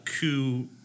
coup